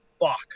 fuck